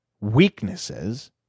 weaknesses